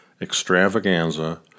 extravaganza